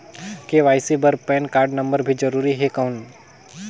KYC बर PAN card number भी जरूरी हे कौन?